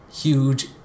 huge